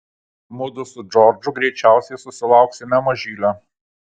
mudu su džordžu greičiausiai susilauksime mažylio